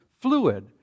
fluid